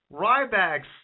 Ryback's